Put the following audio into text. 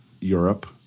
Europe